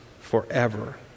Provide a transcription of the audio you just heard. forever